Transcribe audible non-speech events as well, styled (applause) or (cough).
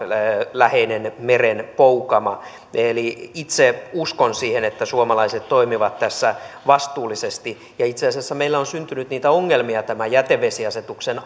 läheinen merenpoukama eli itse uskon siihen että suomalaiset toimivat tässä vastuullisesti itse asiassa meillä on syntynyt niitä ongelmia tämän jätevesiasetuksen (unintelligible)